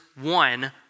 one